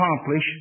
accomplish